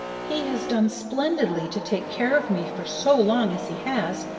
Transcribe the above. he has done splendidly to take care of me for so long as he has,